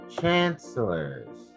chancellors